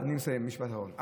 אני מסיים, משפט אחרון.